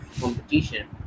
competition